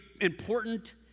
important